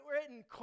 written